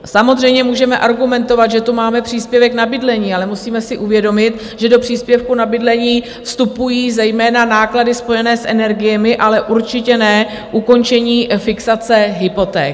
Samozřejmě můžeme argumentovat, že tu máme příspěvek na bydlení, ale musíme si uvědomit, že do příspěvku na bydlení vstupují zejména náklady spojené s energiemi, ale určitě ne ukončení fixace hypoték.